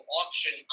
auction